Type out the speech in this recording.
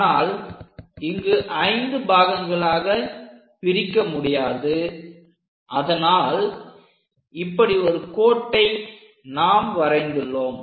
ஆனால் இங்கு 5 பாகங்களாகப் பிரிக்க முடியாது அதனால் இப்படி ஒரு கோட்டை நாம் வரைந்துள்ளோம்